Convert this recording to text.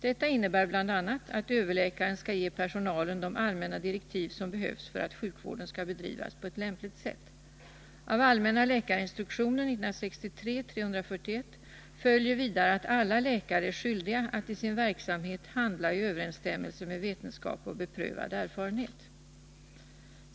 Detta innebär bl.a. att överläkaren skall ge personalen de allmänna direktiv som behövs för att sjukvården skall bedrivas på ett lämpligt sätt. Av allmänna läkarinstruktionen följer vidare att alla läkare är skyldiga att i sin verksamhet handla i överensstämmelse med vetenskap och beprövad erfarenhet.